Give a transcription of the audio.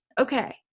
okay